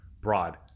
broad